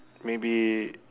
maybe